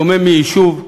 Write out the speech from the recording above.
שומם מיישוב,